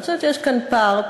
אני חושבת שיש כאן פער,